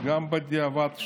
וגם בדיעבד,